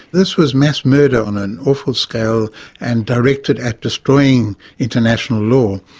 this was mass murder on an awful scale and directed at destroying international law.